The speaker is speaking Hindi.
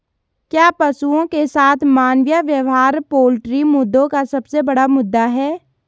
क्या पशुओं के साथ मानवीय व्यवहार पोल्ट्री मुद्दों का सबसे बड़ा मुद्दा है?